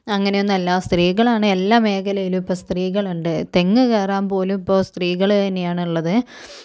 അങ്ങനെയൊന്നുമല്ല സ്ത്രീകളാണ് എല്ലാ മേഖലയിലും ഇപ്പോൾ സ്ത്രീകളുണ്ട് തെങ്ങ് കേറാൻ പോലും ഇപ്പോൾ സ്ത്രീകള് തന്നെയാണ് ഉള്ളത്